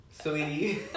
Sweetie